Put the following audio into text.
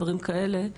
דברים כאלה,